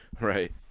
Right